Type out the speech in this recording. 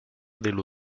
dello